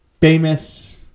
famous